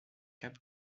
cap